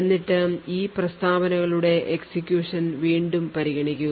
എന്നിട്ട് ഈ പ്രസ്താവനകളുടെ execution വീണ്ടും പരിഗണിക്കുക